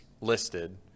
listed